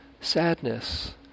sadness